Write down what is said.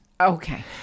Okay